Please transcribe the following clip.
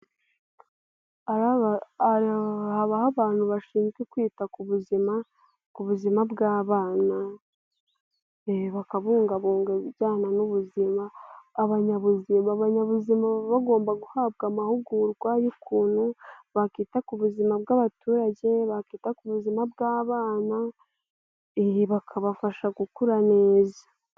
Haho abantu bashinzwe kwita ku buzima ku buzima bw'abana bakabungabunga ibijyana n'ubuzima abanyabuzima abanyabuzima baba bagomba guhabwa amahugurwa y'ukuntu bakwita ku buzima bw'abaturage bakwita ku buzima bw'abana bakabafasha gukura neza.